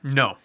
no